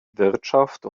wirtschaft